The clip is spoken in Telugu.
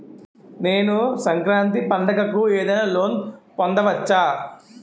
నేను సంక్రాంతి పండగ కు ఏదైనా లోన్ పొందవచ్చా?